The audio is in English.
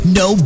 no